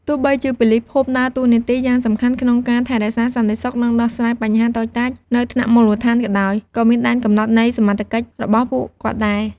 ទោះបីជាប៉ូលីសភូមិដើរតួនាទីយ៉ាងសំខាន់ក្នុងការថែរក្សាសន្តិសុខ និងដោះស្រាយបញ្ហាតូចតាចនៅថ្នាក់មូលដ្ឋានក៏ដោយ ក៏មានដែនកំណត់នៃសមត្ថកិច្ចរបស់ពួកគាត់ដែរ។